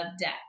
debt